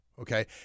okay